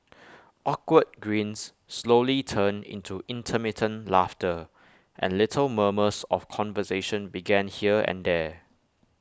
awkward grins slowly turned into intermittent laughter and little murmurs of conversation began here and there